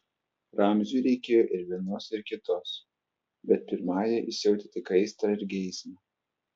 ramziui reikėjo ir vienos ir kitos bet pirmajai jis jautė tik aistrą ir geismą